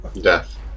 Death